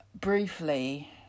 briefly